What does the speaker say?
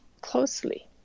closely